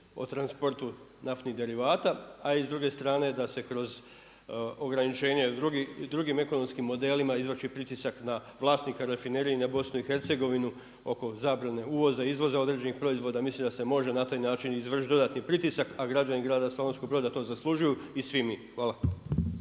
o transportu naftnih derivata, a i s druge strane da se kroz ograničenje i drugim ekonomskim modelima izvrši pritisak na vlasnika rafinerije i na Bosnu i Hercegovinu oko zabrane uvoza, izvoza određenih proizvoda. Mislim da se može na taj način izvršiti dodatni pritisak, a građani grada Slavonskog Broda to zaslužuju i svi mi. Hvala.